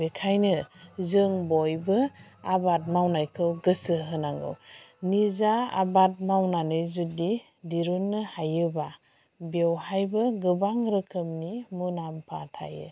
बेनिखायनो जों बयबो आबाद मावनायखौ गोसो होनांगौ निजा आबाद मावनानै जुदि दिहुननो हायोबा बेवहायबो गोबां रोखोमनि मुलाम्फा थायो